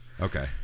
Okay